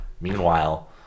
Meanwhile